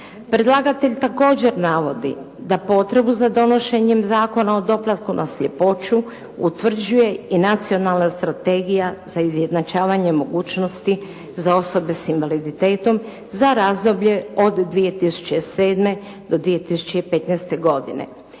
Predlagatelj također navodi da potrebu za donošenjem Zakona o doplatku na sljepoću utvrđuje i Nacionalna strategija za izjednačavanje mogućnosti za osobe s invaliditetom za razdoblje od 2007. do 2015. godine.